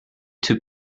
two